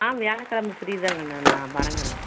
ஆ வியாழக்கிழமை ஃபிரீ தான் கன்னு நான் வர்றேன் கன்னு